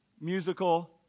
musical